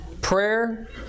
prayer